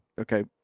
Okay